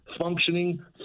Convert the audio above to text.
functioning